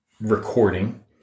recording